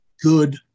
good